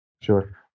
Sure